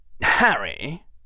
Harry